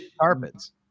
carpets